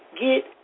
Get